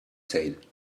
said